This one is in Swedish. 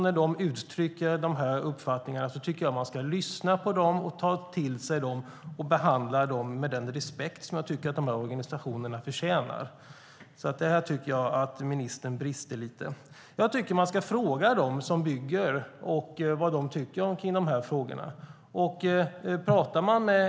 När de uttrycker de här uppfattningarna tycker jag att man ska lyssna på dem, ta till sig det de säger och behandla dem med den respekt som jag tycker att de här organisationerna förtjänar. Här tycker jag att ministern brister lite. Jag tycker att man ska fråga dem som bygger vad de tycker i dessa frågor.